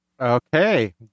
Okay